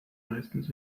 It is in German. meistens